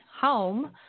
home